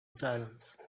silence